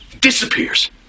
Disappears